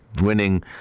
winning